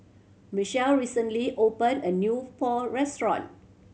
Michale recently opened a new Pho restaurant